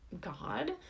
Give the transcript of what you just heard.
God